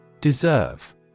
Deserve